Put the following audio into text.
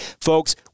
Folks